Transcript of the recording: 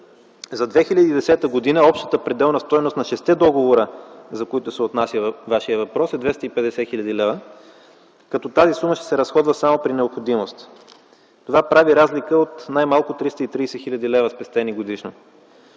За 2010 г. общата пределна стойност на шестте договора, за които се отнася във Вашия въпрос, са 250 000 лв., като тази сума ще се разходва само при необходимост. Това прави разлика от най-малко 330 000 лв. спестени годишно.